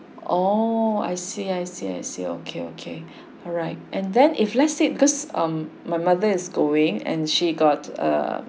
oh I see I see I see okay okay alright and then if let's say because um my mother is going and she got a